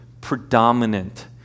predominant